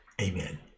Amen